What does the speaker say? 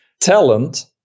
Talent